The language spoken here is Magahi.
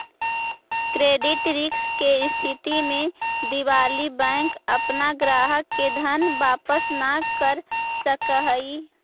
क्रेडिट रिस्क के स्थिति में दिवालि बैंक अपना ग्राहक के धन वापस न कर सकऽ हई